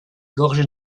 gorgé